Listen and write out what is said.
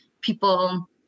people